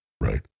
Right